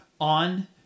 on